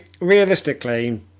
realistically